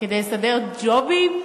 כדי לסדר ג'ובים?